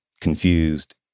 confused